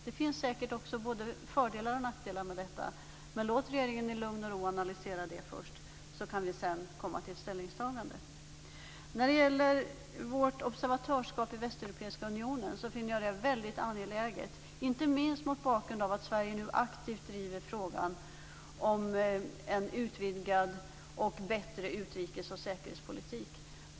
Det finns säkert både fördelar och nackdelar, men låt regeringen i lugn och ro analysera frågan, så kan vi senare komma fram till ett ställningstagande. Jag finner vårt observatörskap i Västeuropeiska unionen mycket angeläget, inte minst mot bakgrund av att Sverige nu aktivt driver frågan om en utvidgad och bättre utrikes och säkerhetspolitik.